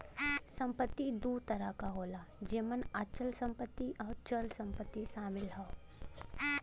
संपत्ति दू तरह क होला जेमन अचल संपत्ति आउर चल संपत्ति शामिल हौ